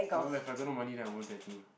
no left I got no money then I won't tattoo